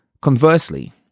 Conversely